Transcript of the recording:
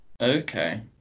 Okay